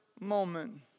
moment